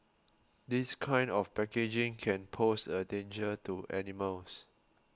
this kind of packaging can pose a danger to animals